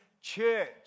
church